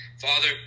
father